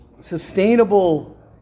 sustainable